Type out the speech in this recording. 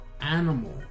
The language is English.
animal